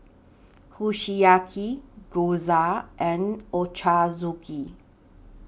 Kushiyaki Gyoza and Ochazuke